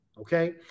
Okay